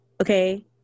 Okay